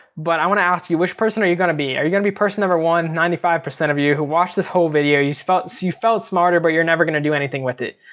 but i want to ask you which person are you gonna be? are you gonna be person number one? ninety five percent of you who watched this whole video, you felt so you felt smarter, but you're never gonna do anything with it.